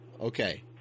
Okay